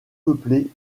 peuplée